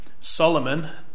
Solomon